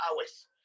hours